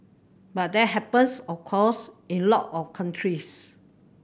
but that happens of course in a lot of countries